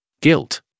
Guilt